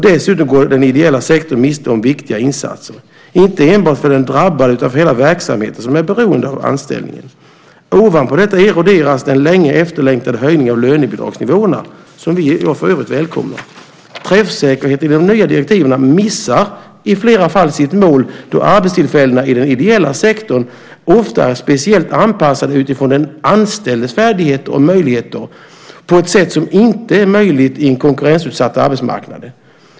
Dessutom går den ideella sektorn miste om viktiga insatser inte bara för den drabbade utan för hela verksamheten som är beroende av anställningen. Ovanpå detta eroderas den länge efterlängtade höjningen av lönebidragsnivåerna som vi för övrigt välkomnar. Träffsäkerheten i de nya direktiven är inte bra. De missar i flera fall sitt mål då arbetstillfällena i den ideella sektorn ofta är speciellt anpassade utifrån den anställdes färdigheter och möjligheter på ett sätt som inte är möjligt på en konkurrensutsatt arbetsmarknad.